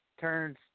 turns